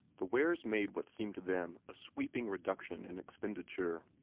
the wares made what seemed to them a sweeping reduction in expenditure.